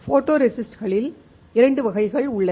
ஃபோட்டோரெசிஸ்ட்களில் இரண்டு வகைகள் உள்ளன